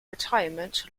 retirement